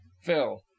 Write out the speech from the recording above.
Phil